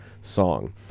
song